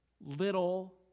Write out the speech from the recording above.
little